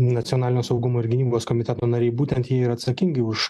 nacionalinio saugumo ir gynybos komiteto nariai būtent jie yra atsakingi už